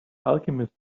alchemist